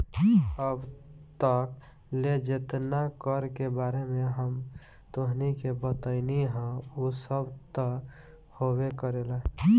अब तक ले जेतना कर के बारे में हम तोहनी के बतइनी हइ उ सब त होबे करेला